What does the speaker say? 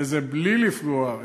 וזה בלי לפגוע,